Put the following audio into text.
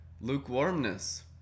lukewarmness